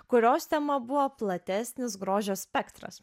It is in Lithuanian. kurios tema buvo platesnis grožio spektras